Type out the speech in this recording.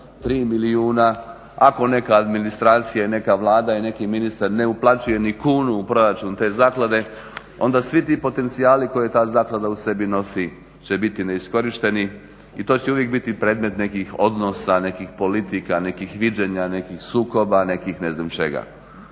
milijuna, ako neka administracija i neka Vlada i neki ministar ne uplaćuje ni kunu u proračun te zaklade onda svi ti potencijali koje ta zaklada u sebi nosi će biti neiskorišteni i to će uvijek biti predmet nekih odnosa, nekih politika, nekih viđenja, nekih sukoba, nekih ne znam čega